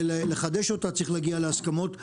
לחדש אותה צריך להגיע להסכמות מחודשות.